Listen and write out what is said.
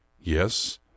Yes